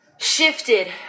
shifted